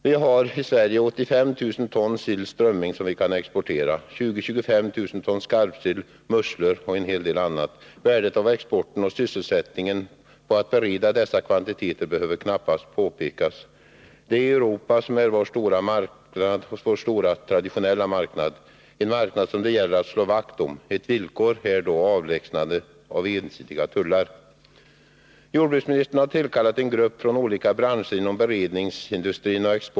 Vi har i Sverige ca 85 000 ton sill/strömming som vi kan exportera, 20 000-25 000 ton skarpsill, musslor och en hel del annat. Värdet av exporten och av sysselsättningen med att bereda dessa kvantiteter behöver knappast påpekas. Det är Europa som är vår stora och traditionella marknad, en marknad som det gäller att slå vakt om. Ett villkor är då avlägsnandet av ensidiga tullar. Jordbruksministern har tillkallat en grupp från olika branscher inom beredningsindustrin.